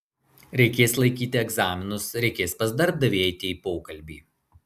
reikės laikyti egzaminus reikės pas darbdavį eiti į pokalbį